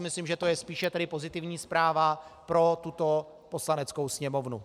Myslím si, že to je spíše pozitivní zpráva pro tuto Poslaneckou sněmovnu.